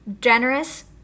generous